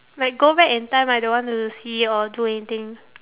like go back in time I don't want to see or do anything